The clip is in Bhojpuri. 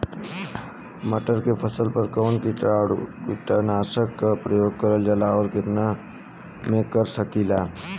मटर के फसल पर कवन कीटनाशक क प्रयोग करल जाला और कितना में कर सकीला?